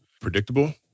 predictable